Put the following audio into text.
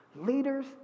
Leaders